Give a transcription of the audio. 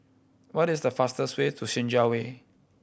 what is the fastest way to Senja Way